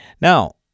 Now